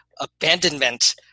abandonment